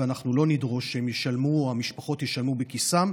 ואנחנו לא נדרוש שהמשפחות ישלמו מכיסן.